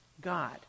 God